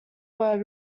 were